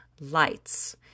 lights